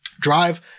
drive